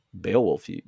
Beowulf